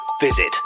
Visit